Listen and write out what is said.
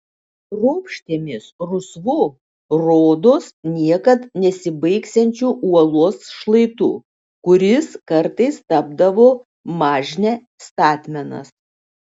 ropštėmės rusvu rodos niekad nesibaigsiančiu uolos šlaitu kuris kartais tapdavo mažne statmenas